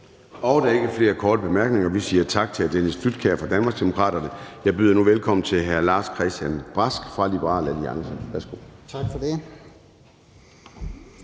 Der er ikke flere korte bemærkninger. Vi siger tak til hr. Dennis Flydtkjær fra Danmarksdemokraterne. Jeg byder nu velkommen til hr. Lars-Christian Brask fra Liberal Alliance. Værsgo. Kl.